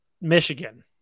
Michigan